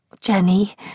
jenny